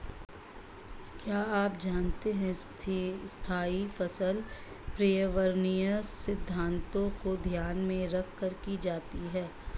क्या आप जानते है स्थायी फसल पर्यावरणीय सिद्धान्तों को ध्यान में रखकर की जाती है?